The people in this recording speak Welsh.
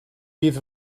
bydd